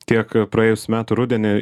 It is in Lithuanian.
tiek praėjusių metų rudenį